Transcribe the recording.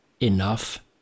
enough